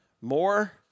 more